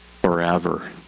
forever